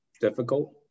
difficult